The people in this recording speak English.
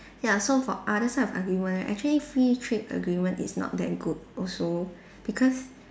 ya so for other side of argument right actually free trade agreement is not that good also because